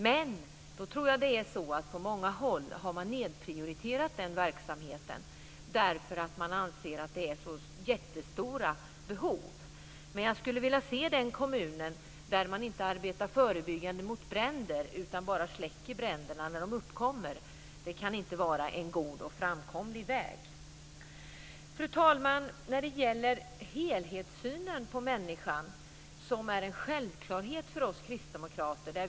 Men jag tror att man har nedprioriterat den verksamheten på många håll därför att man anser att det finns så jättestora behov. Men jag skulle vilja se den kommun där man inte arbetar förebyggande mot bränder utan bara släcker bränderna när de uppkommer. Det kan inte vara en god och framkomlig väg. Fru talman! Helhetssynen på människan är en självklarhet för oss kristdemokrater.